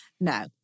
No